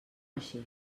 així